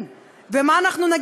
לא היה